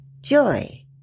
joy